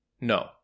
No